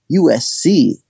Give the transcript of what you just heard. USC